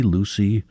Lucy